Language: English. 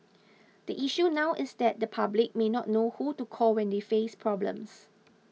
the issue now is that the public may not know who to call when they face problems